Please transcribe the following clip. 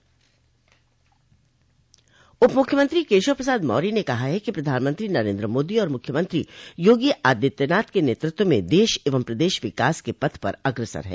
उप मुख्यमंत्री केशव प्रसाद मौर्य ने कहा कि प्रधानमंत्री नरेन्द्र मोदी और मुख्यमंत्री योगी आदित्यनाथ के नेतृत्व में देश एवं प्रदेश विकास के पथ पर अग्रसर है